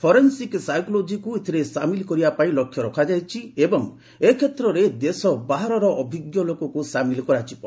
forensic psychologic ଏଥିରେ ସାମିଲ କରିବା ପାଇଁ ଲକ୍ଷ୍ୟ ରଖାଯାଇଛି ଏବଂ ଏ କ୍ଷେତ୍ରରେ ଦେଶ ବାହାରର ଅଭିଜ୍ଞ ଲୋକଙ୍କୁ ସାମିଲ କରାଯିବ